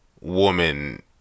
woman